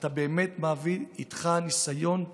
ואתה באמת מביא איתך ניסיון עשיר,